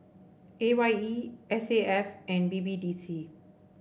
A Y E S A F and B B D C